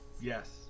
yes